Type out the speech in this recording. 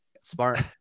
smart